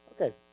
Okay